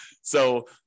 So-